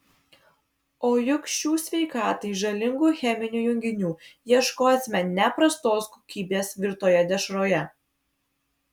o juk šių sveikatai žalingų cheminių junginių ieškosime ne prastos kokybės virtoje dešroje